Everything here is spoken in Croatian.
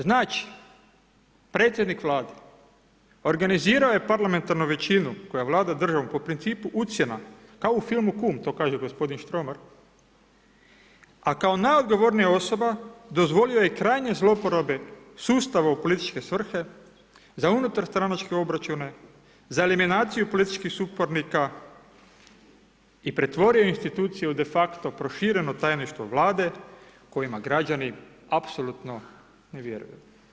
Znači, predsjednik Vlade organizirao je parlamentarnu većinu koja vlada državom po principu ucjena, kao u filmu Kum, to kaže gospodin Štromar, a kao najodgovornija osoba dozvolio je i krajnje zlouporabe sustava u političke svrhe za unutar stranačke obračune, za eliminaciju političkih suparnika i pretvorio institucije u defakto prošireno tajništvo vlade kojima građani apsolutno ne vjeruju.